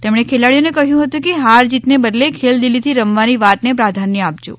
તેમણે ખેલાડીઓ ને કહ્યું હતું કે હાર જીત ને બદલે ખેલદિલી થી રમવાની વાતને પ્રાધાન્ય આપજો